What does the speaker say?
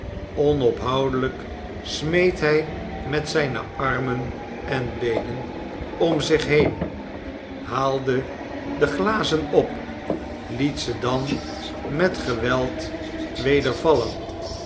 onophoudelijk smeet hij met zijne armeh en beenen om zich heen haalde de glazen op liet ze dan met geweld weder vallen